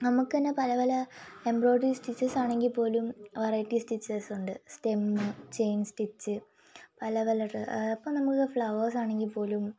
നമുക്കുതന്നെ പല പല എംബ്രോയിട്ടറി സ്റ്റിച്ചസാണെങ്കിൽപ്പോലും വെറൈറ്റി സ്റ്റിച്ചസുണ്ട് സ്റ്റെമ്മ് ചെയിൻ സ്റ്റിച്ച് പല പല ഇപ്പോൾ നമുക്ക് ഫ്ലവേഴ്സാണെങ്കിൽപ്പോലും